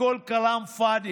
הכול כלאם פאדי.